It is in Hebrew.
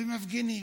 ומפגינים.